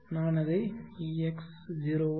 நான் அதை ex01